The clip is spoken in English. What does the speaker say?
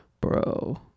Bro